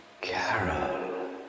Carol